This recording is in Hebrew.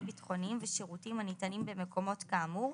ביטחוניים ושירותים הניתנים במקומות כאמור,